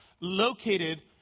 located